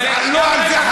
לא על זה חלמתי.